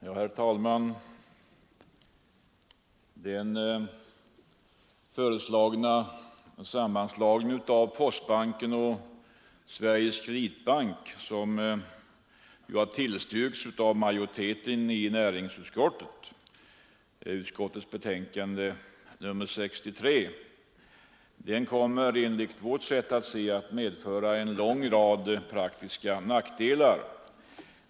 Herr talman! Den föreslagna sammanslagningen av postbanken och Sveriges kreditbank, som har tillstyrkts av majoriteten i näringsutskottet i dess betänkande 63, kommer enligt vårt sätt att se att medföra en lång rad praktiska nackdelar.